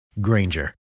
Granger